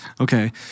okay